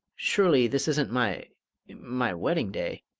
surely this isn't my my wedding day?